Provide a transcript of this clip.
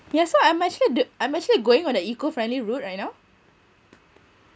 yeah so I'm actually do I'm actually going on a eco friendly route right now